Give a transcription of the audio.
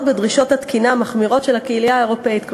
בדרישות התקינה המחמירות של הקהילה האירופית.